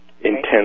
intense